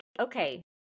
okay